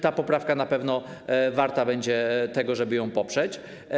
Ta poprawka na pewno warta będzie tego, żeby ją poprzeć.